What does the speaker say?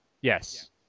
Yes